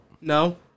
No